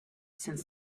since